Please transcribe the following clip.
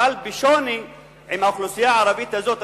בשונה מהאוכלוסייה הערבית הזאת.